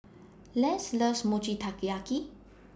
Les loves Mochi Taiyaki